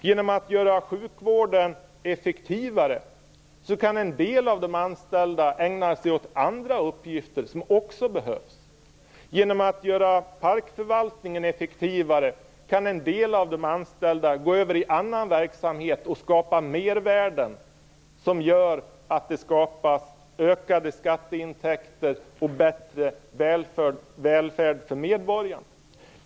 Genom att göra sjukvården effektivare kan en del av de anställda ägna sig åt andra uppgifter som också behöver utföras. Genom att t.ex. göra Parkförvaltningen effektivare kan en del av de anställda gå över till annan verksamhet och skapa mervärden som gör att det blir ökade skatteintäkter och en bättre välfärd för medborgarna.